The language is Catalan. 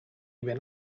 vent